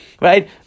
Right